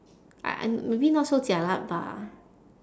uh um maybe not so jialat bah